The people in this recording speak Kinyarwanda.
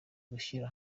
gushyira